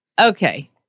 Okay